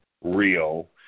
Real